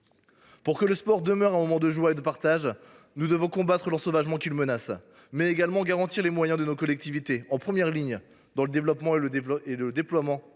Pour que le sport demeure un moment de joie et de partage, nous devons combattre l’ensauvagement qui le menace, mais également garantir les moyens de nos collectivités, en première ligne dans le développement et le déploiement